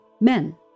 men